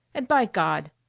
and by god!